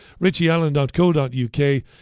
richieallen.co.uk